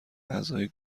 اعضای